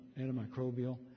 antimicrobial